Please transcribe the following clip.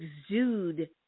exude